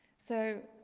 so,